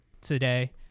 today